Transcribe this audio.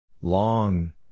Long